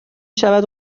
شود